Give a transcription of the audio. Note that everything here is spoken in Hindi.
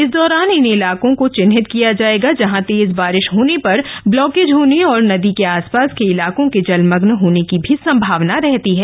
इस दौरान उन इलाकों को चिन्हित किया जाएगा जहां तेज बारिश होने पर ब्लॉकेज होने और नदी के आसपास के इलाकों के जलमग्न होने की भी संभावना रहती है